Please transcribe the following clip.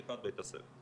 פתיחת בית הספר,